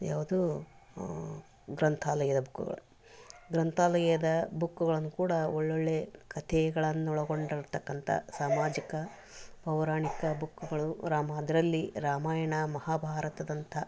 ಯಾವುದು ಗ್ರಂಥಾಲಯದ ಬುಕ್ಗಳು ಗ್ರಂಥಾಲಯದ ಬುಕ್ಗಳನ್ನು ಕೂಡ ಒಳ್ಳೊಳ್ಳೆ ಕಥೆಗಳನ್ನೊಳಗೊಂಡಿರತಕ್ಕಂಥ ಸಾಮಾಜಿಕ ಪೌರಾಣಿಕ ಬುಕ್ಗಳು ರಾಮ ಅದರಲ್ಲಿ ರಾಮಾಯಣ ಮಹಾಭಾರತದಂಥ